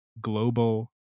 global